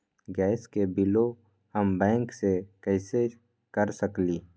Gas के बिलों हम बैंक से कैसे कर सकली?